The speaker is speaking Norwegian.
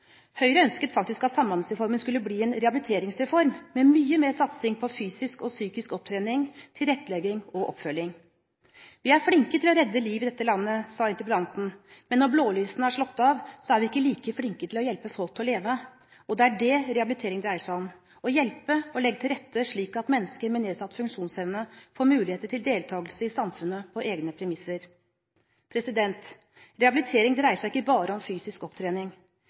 Høyre ønsket faktisk at Samhandlingsreformen skulle bli en rehabiliteringsreform med mye mer satsing på fysisk og psykisk opptrening, tilrettelegging og oppfølging. Vi er flinke til å redde liv i dette landet, sa interpellanten, men når blålysene er slått av, er vi ikke like flinke til å hjelpe folk til å leve. Det er det rehabilitering dreier seg om: å hjelpe og legge til rette slik at mennesker med nedsatt funksjonsevne får mulighet til deltakelse i samfunnet på egne premisser. Rehabilitering dreier seg ikke bare om fysisk opptrening.